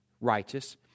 righteous